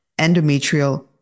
endometrial